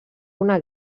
una